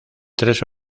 tres